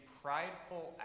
prideful